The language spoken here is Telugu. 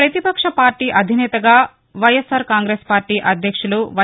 ప్రపతిపక్ష పార్టీ అధినేతగా వైఎస్సార్ కాంగ్రెస్ పార్టీ అధ్యక్షులు వై